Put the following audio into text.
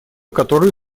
которые